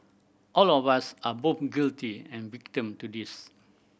all of us are both guilty and victim to this